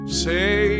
say